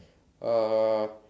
uh